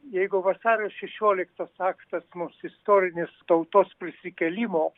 jeigu vasario šešioliktos aktas mūsų istorinės tautos prisikėlimo